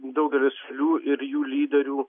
daugelis šalių ir jų lyderių